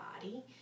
body